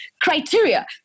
criteria